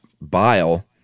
bile